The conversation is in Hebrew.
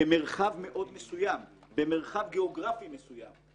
במרחב מאוד מסוים, במרחב גיאוגרפי מסוים.